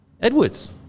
Edwards